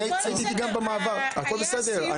הייתי גם במעבר, הכול בסדר.